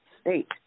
state